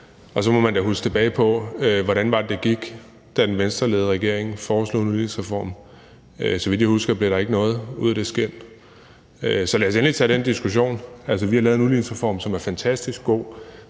og så må man da huske tilbage på, hvordan det var, det gik, da den Venstreledede regering foreslog en udligningsreform. Så vidt jeg husker, blev der ikke noget ud af det. Så lad os endelig tage den diskussion. Altså, vi har lavet en udligningsreform, som er fantastisk god